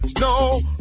No